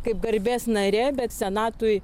kaip garbės narė bet senatui